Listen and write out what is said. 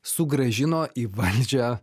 sugrąžino į valdžią